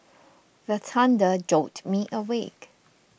the thunder jolt me awake